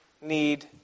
need